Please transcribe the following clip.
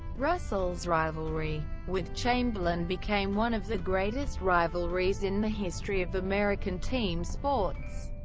russell's rivalry with chamberlain became one of the greatest rivalries in the history of american team sports.